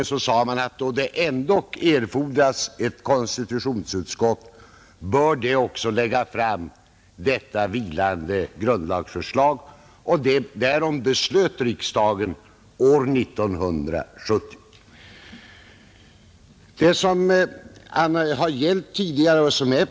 Då det ändå erfordras ett konstitutionsutskott, sade man, bör det också lägga fram detta vilande grundlagsförslag, och därom beslöt riksdagen år 1970.